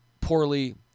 poorly